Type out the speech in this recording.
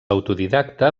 autodidacta